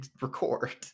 record